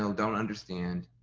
don't don't understand,